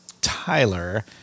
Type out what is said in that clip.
Tyler